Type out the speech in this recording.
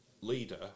leader